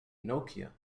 nokia